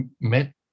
met